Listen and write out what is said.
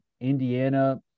Indiana